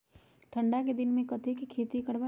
ठंडा के दिन में कथी कथी की खेती करवाई?